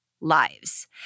lives